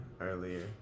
earlier